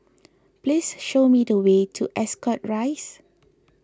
please show me the way to Ascot Rise